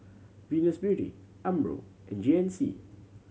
Venus Beauty Umbro and G N C